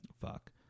fuck